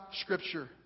Scripture